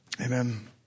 Amen